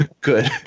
Good